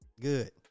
Good